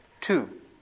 Two